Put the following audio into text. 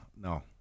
No